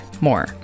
more